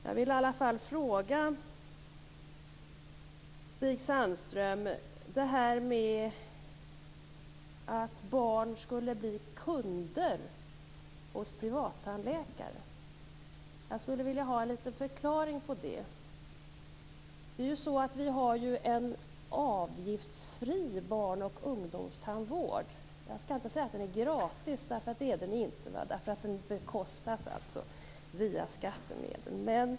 Jag vill ställa en fråga till Stig Sandström. Detta med att barn skulle bli kunder hos privattandläkare skulle jag vilja ha en liten förklaring till. Vi har ju en avgiftsfri barn och ungdomstandvård - man kan inte säga att det är gratis, eftersom den bekostas via skattemedel.